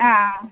ആ